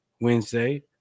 Wednesday